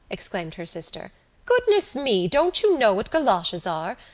exclaimed her sister goodness me, don't you know what goloshes are?